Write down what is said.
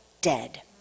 dead